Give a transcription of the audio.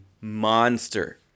monster